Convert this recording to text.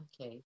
Okay